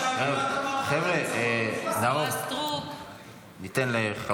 --- למה, אי-אפשר לענות לי?